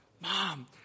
mom